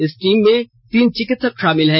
इस टीम में तीन चिकित्सक शामिल हैं